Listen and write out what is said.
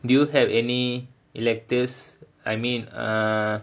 do you have any electives I mean uh